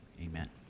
Amen